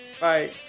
Bye